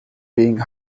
being